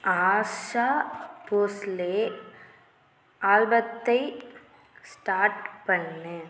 ஆஷா போஸ்லே ஆல்பத்தை ஸ்டார்ட் பண்ணு